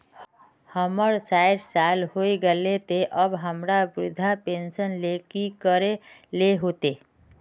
हमर सायट साल होय गले ते अब हमरा वृद्धा पेंशन ले की करे ले होते?